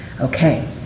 Okay